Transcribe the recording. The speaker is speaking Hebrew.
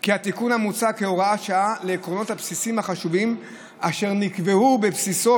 כי התיקון המוצע כהוראת שעה לעקרונות הבסיסיים החשובים אשר נקבעו בבסיסו